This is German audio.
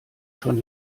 schon